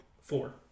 Four